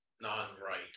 non-right